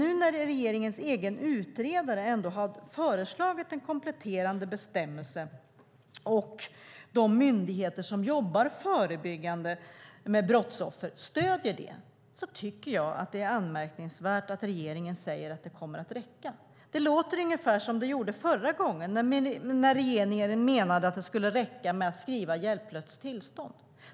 Men när regeringens egen utredare ändå har föreslagit en kompletterande bestämmelse och de myndigheter som jobbar förebyggande med brottsoffer stöder den tycker jag att det är anmärkningsvärt att regeringen säger att det kommer att räcka. Det låter ungefär som det gjorde förra gången, när regeringen menade att det skulle räcka med att skriva "hjälplöst tillstånd".